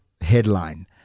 headline